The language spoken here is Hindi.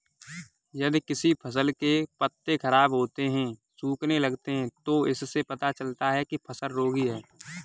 यदि किसी फसल के पत्ते खराब होते हैं, सूखने लगते हैं तो इससे पता चलता है कि फसल रोगी है